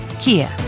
Kia